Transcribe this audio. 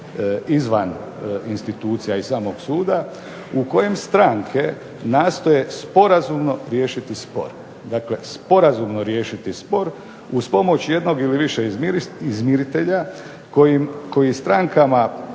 izvan institucija i samog suda, u kojem stranke nastoje sporazumno riješiti spor, uz pomoć jednog ili više izmiritelja koji strankama